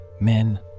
men